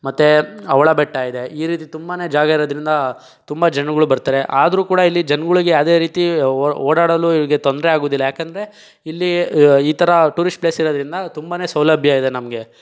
ಮತ್ತೆ ಅವಳ ಬೆಟ್ಟ ಇದೆ ಈ ರೀತಿ ತುಂಬನೇ ಜಾಗ ಇರೋದ್ರಿಂದ ತುಂಬ ಜನಗಳು ಬರ್ತಾರೆ ಆದರೂ ಕೂಡ ಇಲ್ಲಿ ಜನಗಳಿಗೆ ಯಾವುದೇ ರೀತಿ ಓಡಾಡಲು ಇವರಿಗೆ ತೊಂದರೆಯಾಗುವುದಿಲ್ಲ ಯಾಕೆಂದ್ರೆ ಇಲ್ಲಿ ಈ ಥರ ಟೂರಿಸ್ಟ್ ಪ್ಲೇಸಿರೋದ್ರಿಂದ ತುಂಬನೇ ಸೌಲಭ್ಯ ಇದೆ ನಮಗೆ